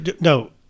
No